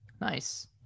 nice